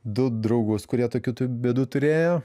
du draugus kurie tokių tų bėdų turėjo